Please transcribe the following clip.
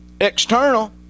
external